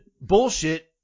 bullshit